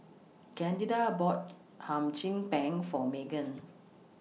Candida bought Hum Chim Peng For Meaghan